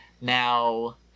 Now